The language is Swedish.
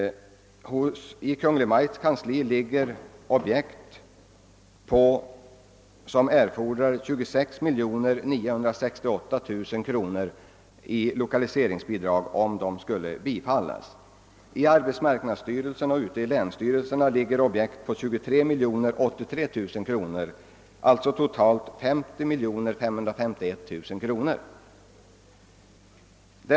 På Kungl. Maj:ts kansli ligger ansökningar om lokaliseringsobjekt, för vilkas genomförande det vid ett bifall skulle erfordras 26 968 000 kronor i lokaliseringsbidrag. Inom arbetsmarknadsstyrelsen och hos länsstyrelserna ligger ansökningar om objekt på 23 083 000 kronor. Totalt finns det alltså ansökningar om projekt på 50 551 000 kronor.